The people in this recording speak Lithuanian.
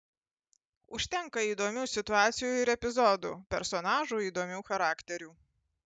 užtenka įdomių situacijų ir epizodų personažų įdomių charakterių